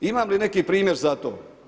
Imam li neki primjer za to?